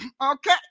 Okay